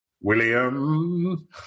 William